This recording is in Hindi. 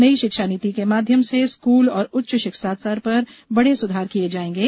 नई शिक्षा नीति के माध्यम से स्कूल और उच्च शिक्षा स्तर पर बड़े सुधार किये जाऐंगे